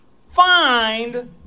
find